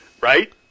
right